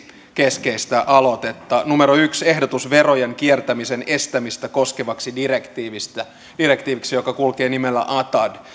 keskeistä aloitetta yksi ehdotus verojen kiertämisen estämistä koskevaksi direktiiviksi joka kulkee nimellä atad